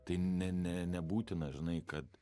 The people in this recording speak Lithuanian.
tai ne ne nebūtina žinai kad